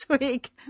week